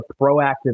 proactive